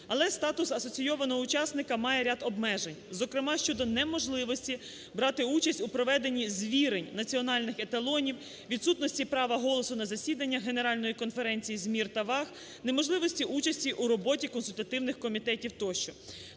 Але статус асоційовано учасника має ряд обмежень. Зокрема, щодо неможливості брати участь у проведенні звірень національних еталонів, відсутності права голосу на засіданнях Генеральної конференції з мір та ваг, неможливості участі у роботі консультативних комітетів тощо.